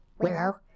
Willow